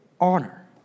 honor